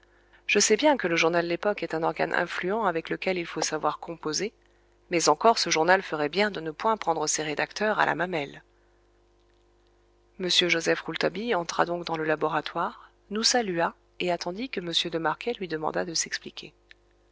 je sais bien que le journal l'époque est un organe influent avec lequel il faut savoir composer mais encore ce journal ferait bien de ne point prendre ses rédacteurs à la mamelle m joseph rouletabille entra donc dans le laboratoire nous salua et attendit que m de marquet lui demandât de s'expliquer